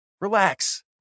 Relax